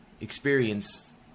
experience